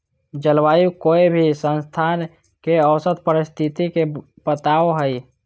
जलवायु कोय भी स्थान के औसत परिस्थिति के बताव हई